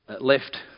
left